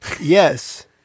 Yes